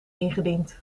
ingediend